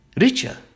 richer